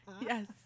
yes